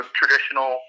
traditional